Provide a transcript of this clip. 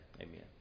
amen